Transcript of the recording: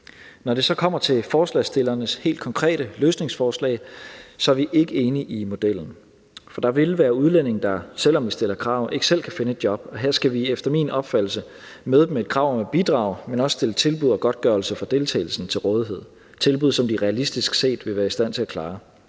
Når det så kommer til forslagsstillernes helt konkrete løsningsforslag, er vi ikke enige i modellen, for der vil være udlændinge, der, selv om vi stiller krav, ikke selv kan finde et job, og her skal vi efter min opfattelse møde dem med et krav om at bidrage, men også stille tilbud og godtgørelse for deltagelsen til rådighed – tilbud, som de realistisk set vil være i stand til at klare.